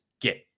get